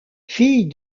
fille